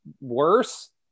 worse